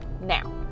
now